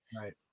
Right